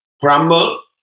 Crumble